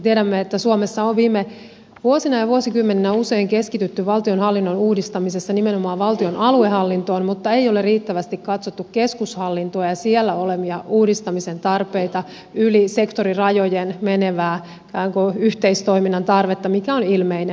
tiedämme että suomessa on viime vuosina ja vuosikymmeninä usein keskitytty valtionhallinnon uudistamisessa nimenomaan valtion aluehallintoon mutta ei ole riittävästi katsottu keskushallintoa ja siellä olevia uudistamisen tarpeita yli sektorirajojen menevää ikään kuin yhteistoiminnan tarvetta mikä on ilmeinen